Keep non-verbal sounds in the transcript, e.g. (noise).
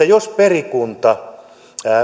(unintelligible) jos perikunta